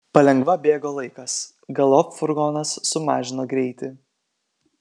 palengva bėgo laikas galop furgonas sumažino greitį